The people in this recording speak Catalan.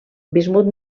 bismut